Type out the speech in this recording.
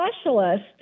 specialist